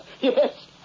Yes